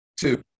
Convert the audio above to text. two